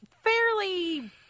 fairly